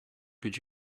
could